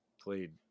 played